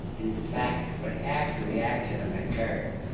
in fact, but after the accident occurred,